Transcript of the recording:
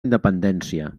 independència